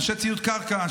אנשי ציוד קרקע,